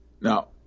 Now